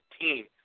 team